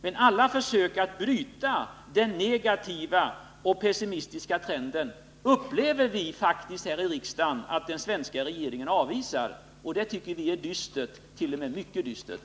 Men vi upplever det faktiskt här i riksdagen så att den svenska regeringen avvisar alla försök att bryta den negativa och pessimistiska trenden. Det tycker vi är dystert — t.o.m. mycket dystert.